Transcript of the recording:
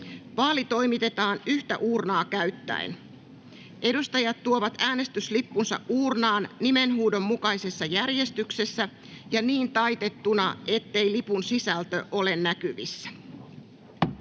Vaali toimitetaan yhtä uurnaa käyttäen. Edustajat tuovat äänestyslippunsa uurnaan nimenhuudon mukaisessa järjestyksessä ja niin taitettuna, ettei lipun sisältö ole näkyvissä.